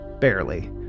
Barely